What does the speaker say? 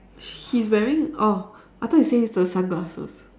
he's wearing oh I thought you say it's the sunglasses